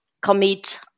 commit